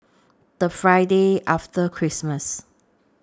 The Friday after Christmas